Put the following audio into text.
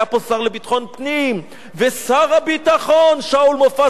היה פה שר לביטחון פנים ושר הביטחון שאול מופז,